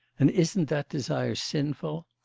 and isn't that desire sinful?